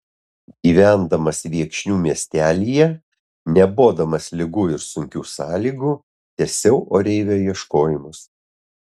gyvendamas viekšnių miestelyje nebodamas ligų ir sunkių sąlygų tęsiau oreivio ieškojimus